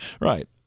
Right